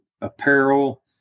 apparel